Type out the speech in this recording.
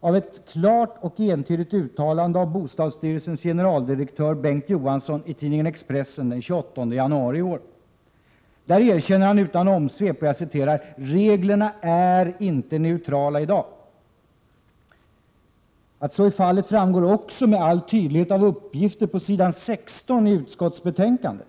av ett klart och entydigt uttalande av bostadsstyrelsens generaldirektör, Bengt Johansson, i tidningen Expressen den 28 januari i år. Där erkänner han utan omsvep: ”Reglerna är inte neutrala i dag.” Att så är fallet framgår också med all tydlighet av uppgifter på s. 16 i utskottsbetänkandet.